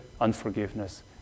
unforgiveness